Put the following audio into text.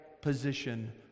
position